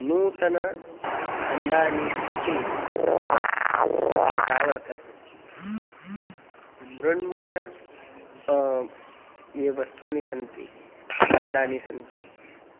नूतनं भाण्डानि अपि तत्र रक्षितानि वर्तते मृण्मय ये वस्तूनि सन्ति भाण्डानि सन्ति